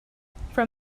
from